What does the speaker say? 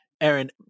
Aaron